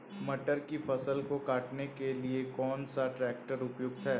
मटर की फसल को काटने के लिए कौन सा ट्रैक्टर उपयुक्त है?